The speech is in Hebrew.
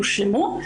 יושלמו,